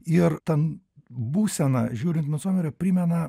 ir ten būseną žiūrint micomerio primena